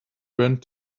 went